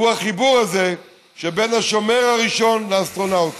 הוא החיבור הזה שבין השומר הראשון לאסטרונאוט הראשון.